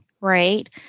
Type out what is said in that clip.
Right